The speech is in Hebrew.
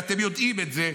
ואתם יודעים את זה,